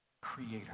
creator